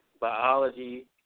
biology